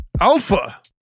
Alpha